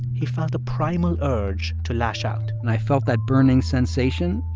he felt a primal urge to lash out and i felt that burning sensation.